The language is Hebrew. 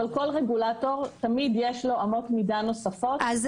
כל רגולטור תמיד יש לו אמות מידה נוספות --- אז